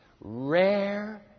rare